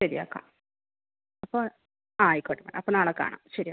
ശരിയാക്കാം അപ്പം ആ ആയിക്കോട്ടെ അപ്പം നാളെ കാണാം ശരിയെന്നാൽ